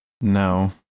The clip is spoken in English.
No